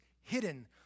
hidden